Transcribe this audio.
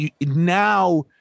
now